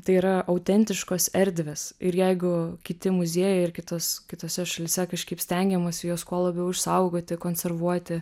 tai yra autentiškos erdvės ir jeigu kiti muziejai ir kitos kitose šalyse kažkaip stengiamasi juos kuo labiau išsaugoti konservuoti